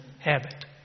habit